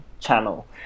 channel